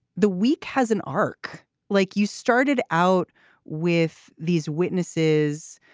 the week has an arc like you started out with these witnesses,